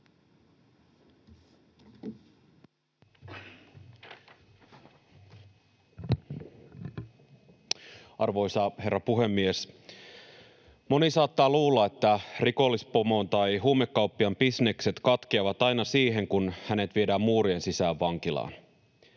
Arvoisa herra puhemies! Moni saattaa luulla, että rikollispomon tai huumekauppiaan bisnekset katkeavat aina siihen, kun hänet viedään muurien sisään vankilaan.